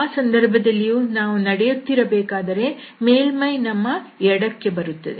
ಆ ಸಂದರ್ಭದಲ್ಲಿಯೂ ನಾವು ನಡೆಯುತ್ತಿರಬೇಕಾದರೆ ಮೇಲ್ಮೈ ನಮ್ಮ ಎಡಕ್ಕೆ ಬರುತ್ತದೆ